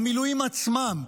המילואים עצמם,